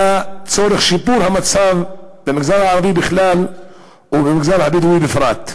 לצורך שיפור המצב במגזר הערבי בכלל ובמגזר הבדואי בפרט.